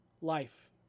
life